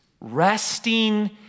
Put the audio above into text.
resting